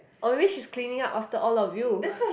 Or maybe she is cleaning up after all of you